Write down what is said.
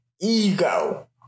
ego